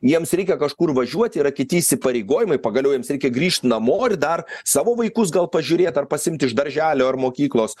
jiems reikia kažkur važiuot yra kiti įsipareigojimai pagaliau jiems reikia grįžt namo ir dar savo vaikus gal pažiūrėt ar pasiimt iš darželio ar mokyklos